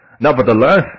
Nevertheless